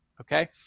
okay